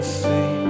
see